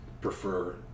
prefer